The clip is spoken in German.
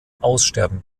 aussterben